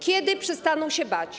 Kiedy przestaną się bać?